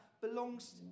belongs